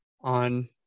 on